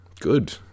good